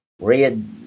red